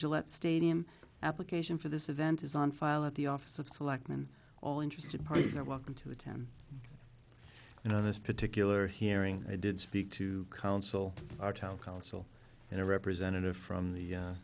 gillette stadium application for this event is on file at the office of selectmen all interested parties are welcome to attend you know this particular hearing i did speak to council our town council and a representative from the